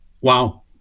Wow